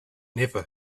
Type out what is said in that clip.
never